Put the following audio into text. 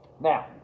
now